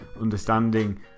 understanding